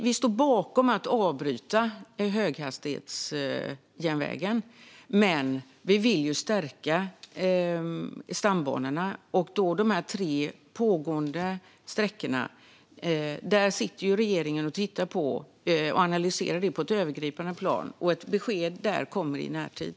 Vi står bakom att avbryta höghastighetsjärnvägen, men vi vill stärka stambanorna. När det gäller de tre pågående sträckorna sitter regeringen och analyserar det på ett övergripande plan. Ett besked kommer i närtid.